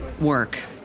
work